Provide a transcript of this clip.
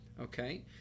Okay